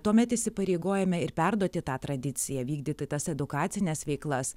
tuomet įsipareigojame ir perduoti tą tradiciją vykdyti tas edukacines veiklas